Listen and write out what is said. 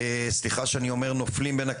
סליחה שאני אומר: נופלים בין הכיסאות,